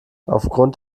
aufgrund